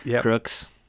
Crooks